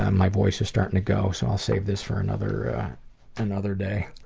um my voice is starting to go, so i'll save this for another another day.